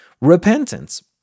repentance